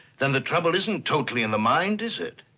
then the trouble isn't totally in the mind, is it?